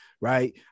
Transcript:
right